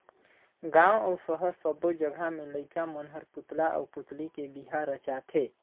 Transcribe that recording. गांव अउ सहर सब्बो जघा में लईका मन हर पुतला आउ पुतली के बिहा रचाथे